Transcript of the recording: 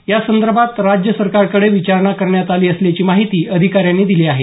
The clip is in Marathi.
या संदर्भात राज्य सरकारकडे विचारना करण्यात आली असल्याची माहिती अधिकाऱ्यांनी दिली आहे